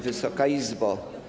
Wysoka Izbo!